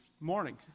morning